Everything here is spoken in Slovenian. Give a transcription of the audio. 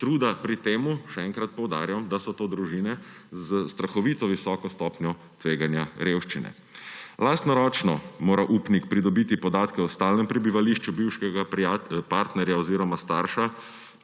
truda, pri tem, še enkrat poudarjam, da so to družine s strahovito visoko stopnjo tveganja revščine. Lastnoročno mora upnik pridobiti podatke o stalnem prebivališču bivšega partnerja oziroma starša,